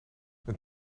een